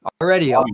already